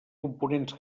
components